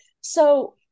So-